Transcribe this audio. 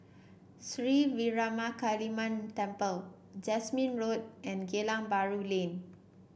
Sri Veeramakaliamman Temple Jasmine Road and Geylang Bahru Lane